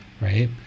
right